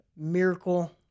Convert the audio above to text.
Miracle